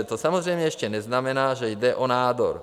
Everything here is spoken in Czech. To samozřejmě ještě neznamená, že jde o nádor.